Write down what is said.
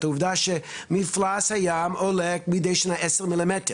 העובדה שמפלס הים עולה מדי שנה 10 מ"מ.